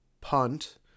punt